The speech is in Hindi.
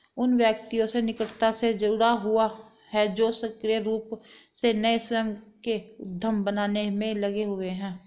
उन व्यक्तियों से निकटता से जुड़ा हुआ है जो सक्रिय रूप से नए स्वयं के उद्यम बनाने में लगे हुए हैं